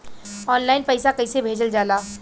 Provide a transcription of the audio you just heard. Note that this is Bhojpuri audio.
ऑनलाइन पैसा कैसे भेजल जाला?